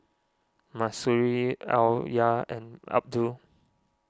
Mahsuri Alya and Abdul